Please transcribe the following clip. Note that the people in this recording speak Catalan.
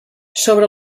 sobre